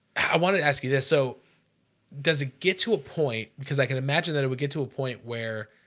i want to ask you this, so does it get to a point because i can imagine that it would get to a point where?